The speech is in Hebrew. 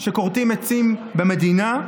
שכורתים עצים במדינה?